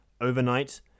Overnight